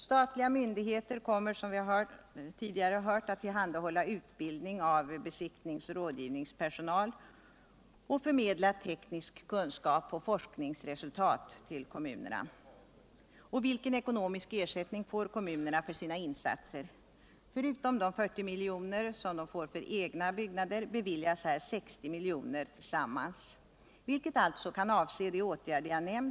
Statliga myndigheter kommer, som vi tidigare har hört, att tillhandahålla utbildning av besiktnings och rådgivningspersonalt och förmedla ny teknisk kunskap och aktuella forskningsresultat till kommunerna. Vilken ekonomisk ersättning får då kommunerna för sina insatser?